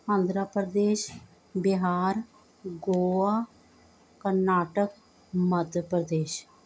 Andhra Pradesh Bihar Goa Karnataka Madhya Pradesh